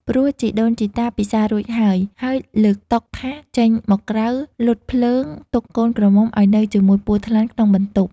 ព្រោះជីដូនជីតាពិសារួចហើយ ហើយលើកតុ ថាស ចេញមកក្រៅ លត់ភ្លើងទុកកូនក្រមុំ ឱ្យនៅជាមួយពស់ថ្លាន់ក្នុងបន្ទប់។